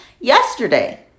Yesterday